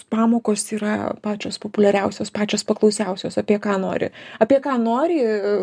pamokos yra pačios populiariausios pačios paklausiausios apie ką nori apie ką nori